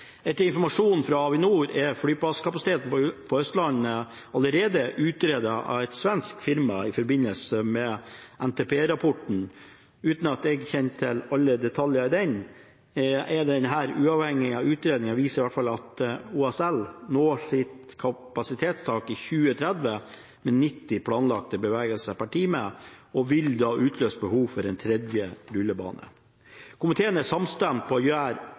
Etter informasjon fra Avinor er flyplasskapasiteten på Østlandet allerede utredet av et svensk firma i forbindelse med NTP-rapporten uten at jeg er kjent med alle detaljene i denne. Denne uavhengige utredningen viser i hvert fall at OSL når sitt kapasitetstak i 2030 med 90 planlagte bevegelser per time og da vil utløse behov for en tredje rullebane. Komiteen er samstemt om å gjøre